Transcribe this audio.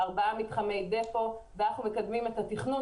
4 מתחמי דיפו; ואנחנו מקדמים את התכנון